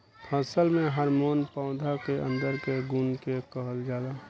फसल में हॉर्मोन पौधा के अंदर के अणु के कहल जाला